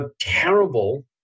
terrible